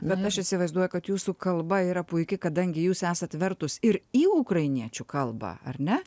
bet aš įsivaizduoju kad jūsų kalba yra puiki kadangi jūs esat vertus ir į ukrainiečių kalbą ar ne